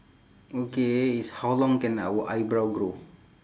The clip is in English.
okay it's how long can our eyebrow grow